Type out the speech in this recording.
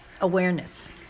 Awareness